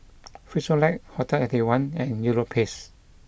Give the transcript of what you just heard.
Frisolac Hotel Eighty One and Europace